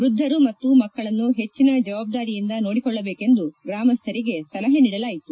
ವೃದ್ದರು ಮತ್ತು ಮಕ್ಕಳನ್ನು ಹೆಚ್ಚಿನ ಜವಾಬ್ದಾರಿಯಿಂದ ನೋಡಿಕೊಳ್ಳದೇಕೆಂದು ಗ್ರಾಮಸ್ಥರಿಗೆ ಸಲಹೆ ನೀಡಲಾಯಿತು